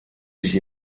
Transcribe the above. sich